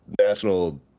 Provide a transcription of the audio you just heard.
national